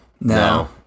No